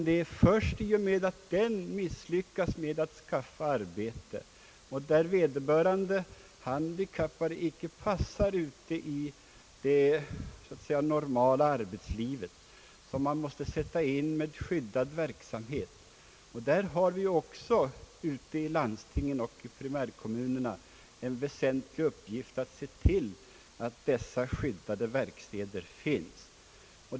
Det är först i och med att arbetsförmedlingen misslyckas med att skaffa arbete åt vederbörande, d.v.s. när det visat sig att den handikappade icke passar ute i det normala arbetslivet, som man måste sätta in skyddad verksamhet. Därvidlag har vi ute i landstingen och i primärkommunerna en väsentlig uppgift i att se till att dessa skyddade verkstäder finns.